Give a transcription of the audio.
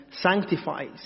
sanctifies